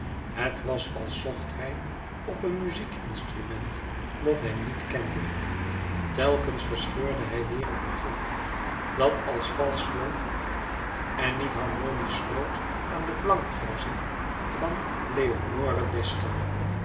het was als louis couperus metamorfoze zocht hij op een muziekinstrument dat hij niet kende telkens verscheurde hij weêr het begin dat als valsch klonk en niet harmonisch sloot aan de blankverzen van leonore d'este over